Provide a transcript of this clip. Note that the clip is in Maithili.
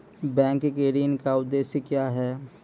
बैंक के ऋण का उद्देश्य क्या हैं?